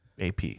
AP